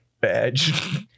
badge